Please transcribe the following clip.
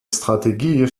strategie